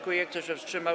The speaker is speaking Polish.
Kto się wstrzymał?